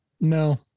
No